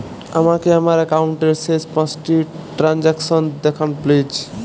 আমাকে আমার একাউন্টের শেষ পাঁচটি ট্রানজ্যাকসন দেখান প্লিজ